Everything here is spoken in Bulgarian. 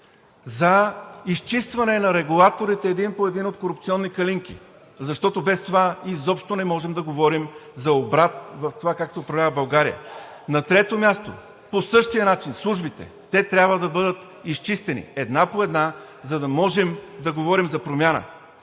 за изчистване на регулаторите един по един от корупционни калинки, защото без това изобщо не можем да говорим за обрат в това как се управлява България. На трето място, по същия начин службите. Те трябва да бъдат изчистени една по една, за да можем да говорим за промяна.